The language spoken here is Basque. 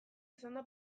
izanda